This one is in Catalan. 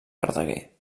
verdaguer